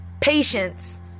patience